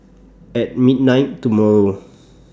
At midnight tomorrow